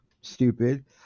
stupid